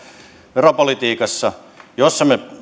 veropolitiikassa jossa me